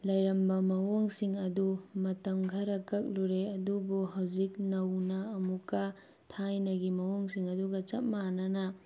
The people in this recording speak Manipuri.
ꯂꯩꯔꯝꯕ ꯃꯑꯣꯡꯁꯤꯡ ꯑꯗꯨ ꯃꯇꯝ ꯈꯔ ꯀꯛꯂꯨꯔꯦ ꯑꯗꯨꯕꯨ ꯍꯧꯖꯤꯛ ꯅꯧꯅ ꯑꯃꯨꯛꯀ ꯊꯥꯏꯅꯒꯤ ꯃꯑꯣꯡꯁꯤꯡ ꯑꯗꯨꯒ ꯆꯞ ꯃꯥꯟꯅꯅ